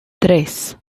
tres